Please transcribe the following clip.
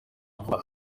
vuba